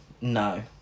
No